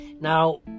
Now